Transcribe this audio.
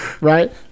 right